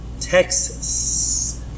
Texas